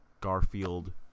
Garfield